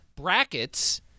brackets